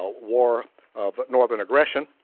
war of northern aggression